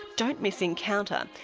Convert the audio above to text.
don't miss encounter,